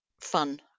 fun